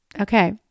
Okay